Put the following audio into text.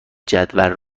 جدول